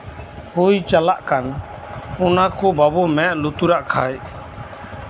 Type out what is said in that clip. ᱦᱩᱭ ᱪᱟᱞᱟᱜ ᱠᱟᱱ ᱚᱱᱟ ᱠᱚ ᱵᱟᱵᱚᱱ ᱢᱮᱸᱫ ᱞᱩᱛᱩᱨᱟᱜ ᱠᱷᱟᱱ